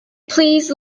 please